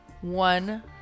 one